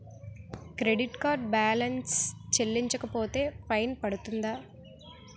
Credit card balance చెల్లించకపోతే fine పడ్తుంద?